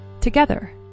together